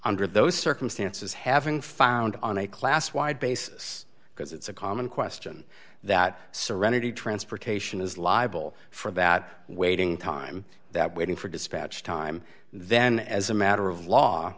under those circumstances having found on a class wide basis because it's a common question that serenity transportation is liable for bad waiting time that waiting for dispatch time then as a matter of law